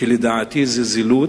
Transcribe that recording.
שלדעתי הם זילות,